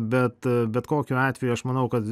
bet bet kokiu atveju aš manau kad